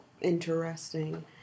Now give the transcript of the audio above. interesting